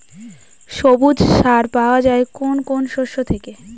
সবুজ সার পাওয়া যায় কোন কোন শস্য থেকে?